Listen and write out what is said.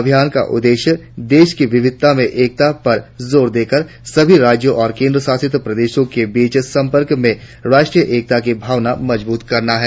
अभियान उद्देश्य देश की विविधता में एकता पर जोर देकर सभी राज्यों और केंद्र शासित प्रदेशों के बीच संपर्क से राष्ट्रीय एकता की भावना मजबूत करना है